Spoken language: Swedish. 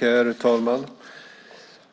Herr talman!